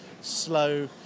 slow